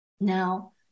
Now